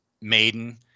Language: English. maiden